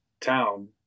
town